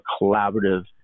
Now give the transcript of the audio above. collaborative